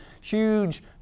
huge